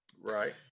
Right